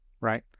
right